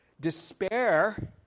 despair